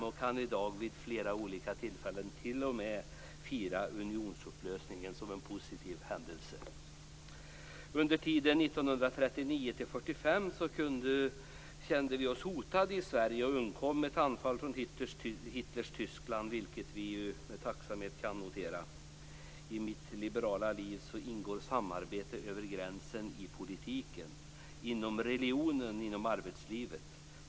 Vi kan i dag vid flera olika tillfällen t.o.m. fira unionsupplösningen som en positiv händelse. Under tiden 1939-1945 kände vi oss hotade i Sverige, men undkom ett anfall från Hitlers Tyskland, vilket vi med tacksamhet kan notera. I mitt liberala liv ingår samarbete över gränsen i politiken, religionen och arbetslivet.